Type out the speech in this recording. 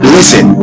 Listen